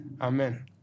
Amen